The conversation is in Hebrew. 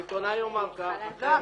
העיתונאי יאמר כך או אחרת --- לא,